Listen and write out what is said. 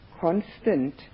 constant